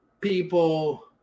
people